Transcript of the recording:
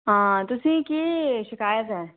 आं तुसेंईं केह् शिकायत ऐ